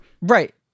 right